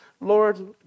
Lord